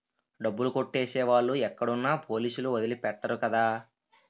డబ్బులు కొట్టేసే వాళ్ళు ఎక్కడున్నా పోలీసులు వదిలి పెట్టరు కదా